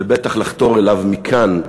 ובטח לחתור אליו מכאן,